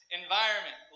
environment